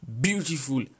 beautiful